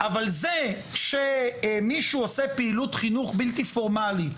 אבל זה שמישהו עושה פעילות חינוך בלתי פורמלית,